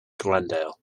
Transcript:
glendale